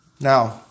Now